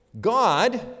God